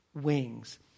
wings